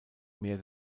mehr